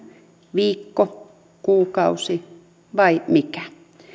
viikko kuukausi vai mikä